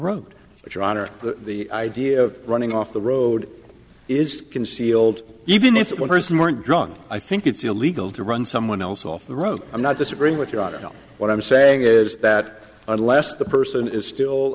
honor the idea of running off the road is concealed even if one person weren't drunk i think it's illegal to run someone else off the road i'm not disagreeing with you i don't know what i'm saying is that unless the person is still